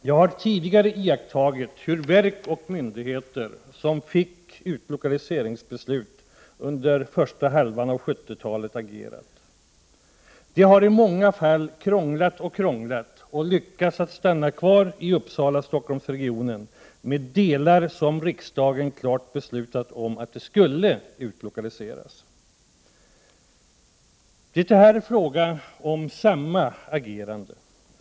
Jag har tidigare iakttagit hur verk och myndigheter om vilka utlokaliseringsbeslut fattats under första halvan av 1970-talet agerat. De har i många fall krånglat och lyckats stanna kvar i Uppsala-Stockholms-regionen med delar som riksdagen klart beslutat skulle utlokaliseras. Det är här fråga om samma agerande.